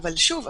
אבל שוב,